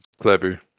clever